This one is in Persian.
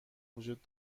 وجود